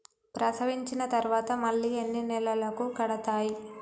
ప్రసవించిన తర్వాత మళ్ళీ ఎన్ని నెలలకు కడతాయి?